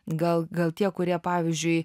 gal gal tie kurie pavyzdžiui